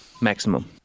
Maximum